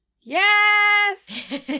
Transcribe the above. Yes